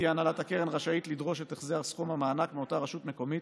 תהיה הנהלת הקרן רשאית לדרוש את החזר סכום המענק מאותה רשות מקומית,